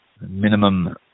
Minimum